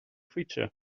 creature